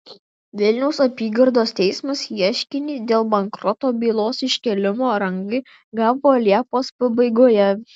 vilniaus apygardos teismas ieškinį dėl bankroto bylos iškėlimo rangai gavo liepos pabaigoje